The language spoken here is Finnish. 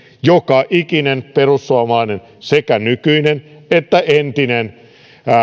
joka ikinen perussuomalainen sekä nykyinen että entinen